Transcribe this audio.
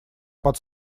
под